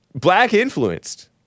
Black-influenced